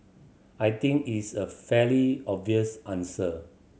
I think is a fairly obvious answer